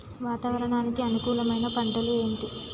వాతావరణానికి అనుకూలమైన పంటలు ఏంటి?